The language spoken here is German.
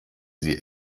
sie